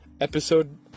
episode